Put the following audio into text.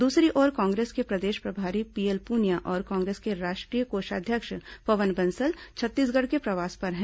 दूसरी ओर कांग्रेस के प्रदेश प्रभारी पीएल पुनिया और कांग्रेस के राष्ट्रीय कोषाध्यक्ष पवन बंसल छत्तीसगढ़ के प्रवास पर हैं